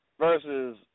versus